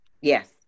Yes